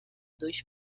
dois